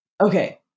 Okay